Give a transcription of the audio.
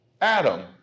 Adam